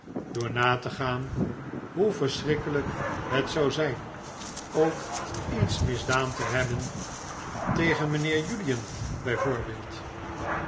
door na te gaan hoe verschrikkelyk het zou zijn ook iets misdaan te hebben tegen